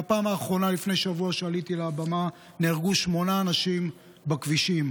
מהפעם האחרונה לפני שבוע שעליתי לבמה נהרגו שמונה אנשים בכבישים.